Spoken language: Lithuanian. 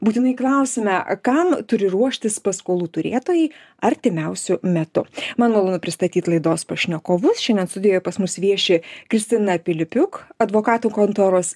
būtinai klausime kam turi ruoštis paskolų turėtojai artimiausiu metu man malonu pristatyt laidos pašnekovus šiandien studijoj pas mus vieši kristina pilipiuk advokatų kontoros